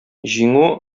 җиңү